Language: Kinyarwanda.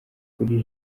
kuri